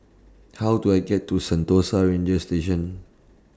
How Do I get to Sentosa Ranger Station